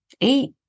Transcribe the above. eight